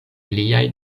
liaj